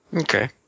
Okay